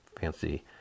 fancy